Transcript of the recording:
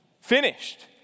finished